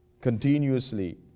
continuously